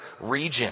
region